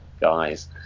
guys